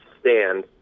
stand